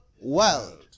world